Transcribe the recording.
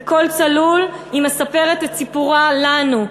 בקול צלול היא מספרת את סיפורה לנו,